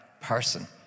person